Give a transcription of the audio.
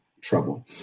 trouble